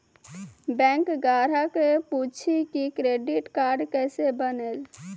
Bank ग्राहक पुछी की क्रेडिट कार्ड केसे बनेल?